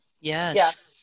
Yes